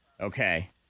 Okay